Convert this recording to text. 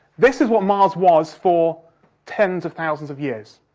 this is what mars was for tens of thousands of years.